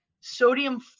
sodium